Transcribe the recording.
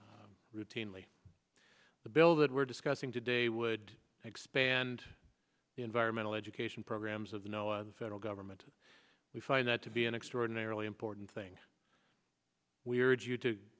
routinely the bill that we're discussing today would expand the environmental education programs of no other federal government we find that to be an extraordinarily important thing we urge you to